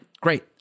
Great